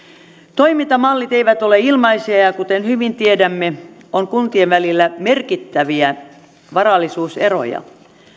toimintamallit eivät ole ilmaisia ja ja kuten hyvin tiedämme on kuntien välillä merkittäviä varallisuuseroja